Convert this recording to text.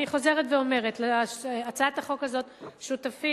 אני חוזרת ואומרת שלהצעת החוק הזו שותפים